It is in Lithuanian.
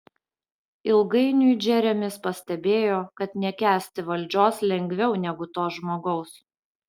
ilgainiui džeremis pastebėjo kad nekęsti valdžios lengviau negu to žmogaus